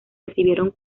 recibieron